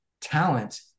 talent